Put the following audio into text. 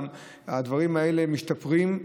הדברים האלה משתפרים.